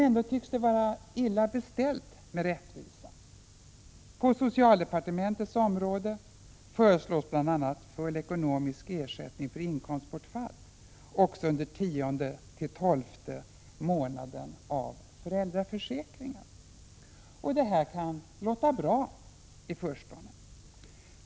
Ändå tycks det vara illa beställt med rättvisan. På socialdepartementets område föreslås bl.a. full ekonomisk ersättning för inkomstbortfall också under tionde till tolfte månaden av föräldraförsäkringen. Detta kan i förstone låta bra.